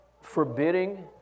forbidding